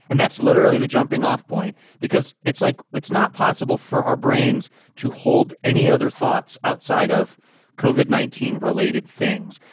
and that's literally the jumping off point because it's like it's not possible for our brains to hold any other thoughts outside of covered nineteen related things.